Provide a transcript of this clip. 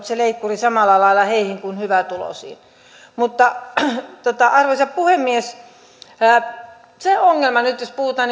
se leikkuri vaikuttanut samalla lailla heihin kuin hyvätuloisiin arvoisa puhemies ongelma on nyt jos puhutaan